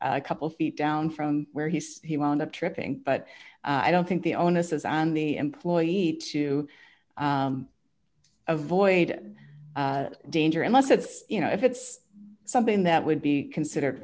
a couple feet down from where he said he wound up tripping but i don't think the onus is on the employee to avoid danger unless it's you know if it's something that would be considered